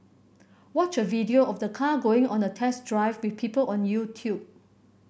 watch a video of the car going on a test drive with people on YouTube